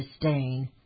disdain